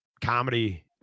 comedy